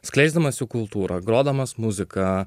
skleisdamas jų kultūrą grodamas muziką